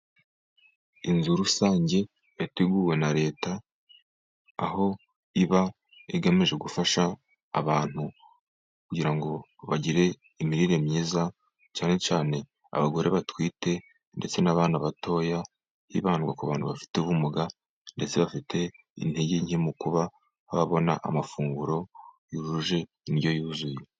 Inzu rusange yateguwe na leta, aho iba igamije gufasha abantu kugira ngo bagire imirire myiza, cyane cyanee abagore batwite ndetse n'abana batoya, hibandwa ku bantu bafite ubumuga ndetse bafite n'intege nke mu kuba babona amafunguro yujuje indyo yuzuye.